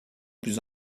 plus